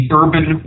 urban